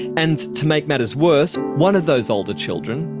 and to make matters worse, one of those older children,